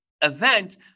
event